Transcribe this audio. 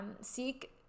seek